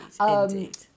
indeed